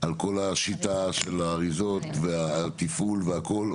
על כל השיטה של האריזות והתפעול והכל.